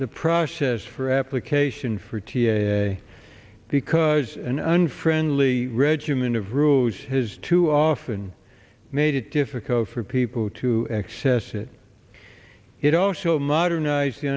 the process for application for t i a because an unfriendly regimen of rules has too often made it difficult for people to access it it also modernized the